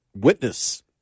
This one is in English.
Witness